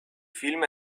film